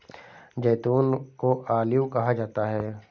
जैतून को ऑलिव कहा जाता है